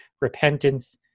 repentance